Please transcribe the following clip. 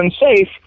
unsafe